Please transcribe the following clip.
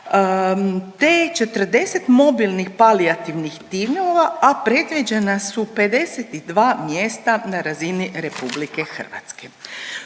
te 40 mobilnih palijativnih timova, a predviđena su 52 mjesta na razini RH.